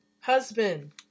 husband